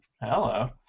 Hello